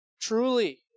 Truly